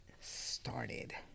started